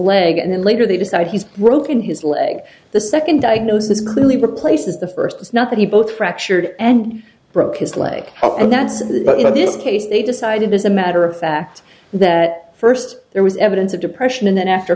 leg and then later they decide he's broken his leg the second diagnosis clearly replaces the first is not that he both fractured and broke his leg and that's of the but in this case they decided as a matter of fact that first there was evidence of depression and then after